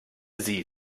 sie